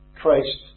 Christ